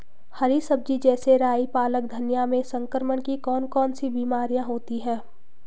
हरी सब्जी जैसे राई पालक धनिया में संक्रमण की कौन कौन सी बीमारियां होती हैं?